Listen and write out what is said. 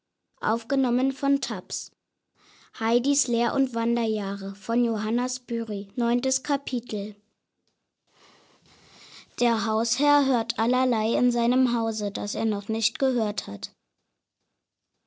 der hausherr hört allerlei in seinem hause das er noch nicht gehört hat